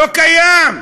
לא קיים,